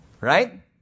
Right